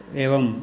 एवं